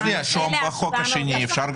זה בחוק אחר שנדון בוועדה אחרת.